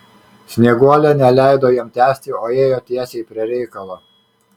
snieguolė neleido jam tęsti o ėjo tiesiai prie reikalo